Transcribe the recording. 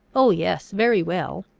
oh, yes, very well,